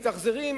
מתאכזרים,